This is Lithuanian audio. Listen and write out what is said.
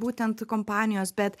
būtent kompanijos bet